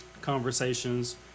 conversations